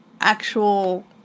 actual